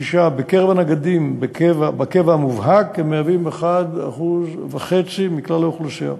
6. בקרב הנגדים בקבע המובהק הם מהווים 1.5% מכלל האוכלוסייה,